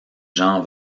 jean